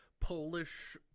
Polish